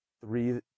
three